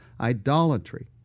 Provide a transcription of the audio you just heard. idolatry